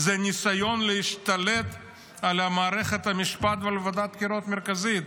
זה ניסיון להשתלט על מערכת המשפט ועל ועדת הבחירות המרכזית.